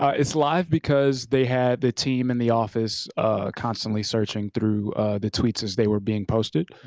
ah it's live because they had the team in the office constantly searching through the tweets as they were being posted.